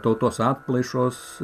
tautos atplaišos